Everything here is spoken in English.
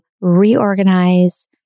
reorganize